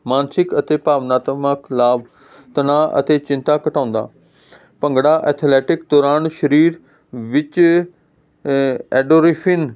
ਮਾਨਸਿਕ ਅਤੇ ਭਾਵਨਾਤਮਕ ਖਿਲਾਫ ਤਨਾਅ ਅਤੇ ਚਿੰਤਾ ਘਟਾਉਂਦਾ ਭੰਗੜਾ ਐਥਲੈਟਿਕ ਦੌਰਾਨ ਸਰੀਰ ਵਿੱਚ ਐਂਡੋਰੀਫਿਨ